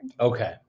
Okay